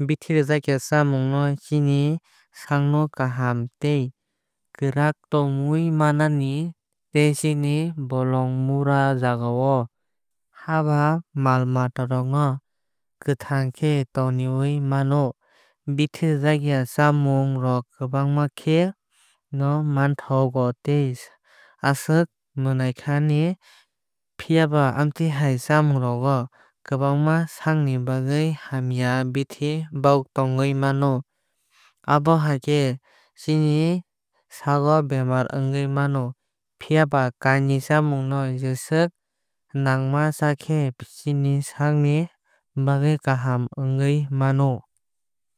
Bithi rujakya chamung rok chini sak no kahma tei kwrak tonwi mano tei chini bolong mura jaga tei haa ba mal mata rok no kwthang khe tonwi mano. Bithi rwjak chamung rok kwbangma khe no manthok go tei aswk mwnaikhani. Phiaba amwitwi hai chamung rogo kwbangma sak ni bagwi hamya bithi tongwi mano. Abono chakhe chini sago bemar ongwi mano. Phiaba kainwi chamung no jeswk nangma chakhe chini sak ni bagwi kaham ongwi mano.